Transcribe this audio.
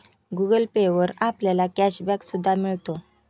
Google Pay वर आपल्याला cash back सुद्धा मिळतो